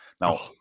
Now